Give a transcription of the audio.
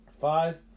Five